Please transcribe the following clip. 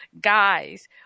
guys